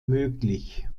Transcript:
möglich